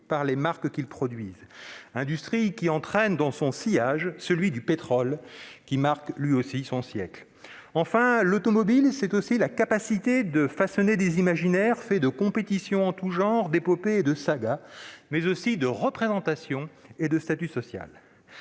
par les marques qu'ils produisent. C'est une industrie qui entraîne dans son sillage celle du pétrole qui marque, lui aussi, son siècle. Enfin, l'automobile a la capacité de façonner les imaginaires avec des compétitions en tout genre, des épopées et des sagas, mais aussi des représentations et un statut social.